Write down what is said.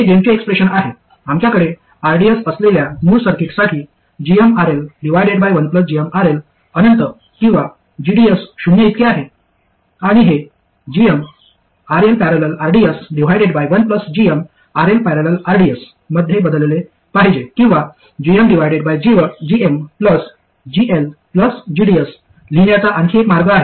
हे गेनचे एक्सप्रेशन आहे आमच्याकडे rds असलेल्या मूळ सर्किटसाठी gmRL1gmRL अनंत किंवा gds शून्य इतके आहे आणि हे gmRL।।rds1gmRL।।rds मध्ये बदलले पाहिजे किंवा gmgmGLgds लिहिण्याचा आणखी एक मार्ग आहे